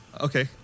Okay